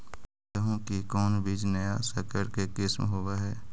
गेहू की कोन बीज नया सकर के किस्म होब हय?